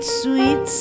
sweet